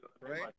Right